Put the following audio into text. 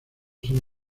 son